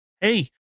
hey